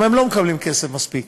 כי הם לא מקבלים כסף מספיק.